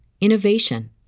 innovation